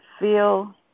feel